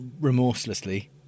remorselessly